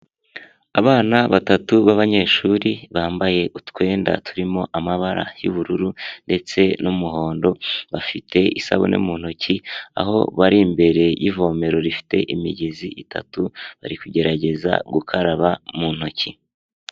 Abana batatu b'abanyeshuri bambaye utwenda turimo amabara y'ubururu ndetse n'umuhondo, bafite isabune mu ntoki aho bari imbere y'ivomero rifite imigezi itatu bari kugerageza gukaraba mu ntoki.